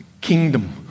kingdom